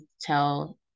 tell